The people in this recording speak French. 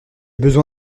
besoin